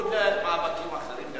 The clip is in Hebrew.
בניגוד למאבקים אחרים,